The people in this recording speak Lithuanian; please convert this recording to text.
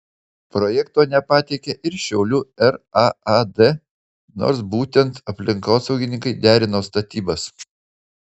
projekto nepateikė ir šiaulių raad nors būtent aplinkosaugininkai derino statybas